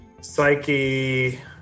Psyche